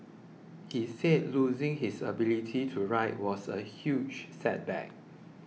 he said losing his ability to write was a huge setback